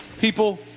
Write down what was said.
people